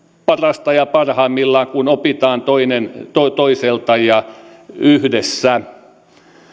parasta ja parhaimmillaan kun opitaan toinen toiselta ja yhdessä